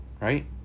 Right